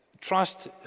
Trust